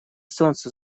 солнце